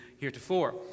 heretofore